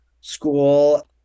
school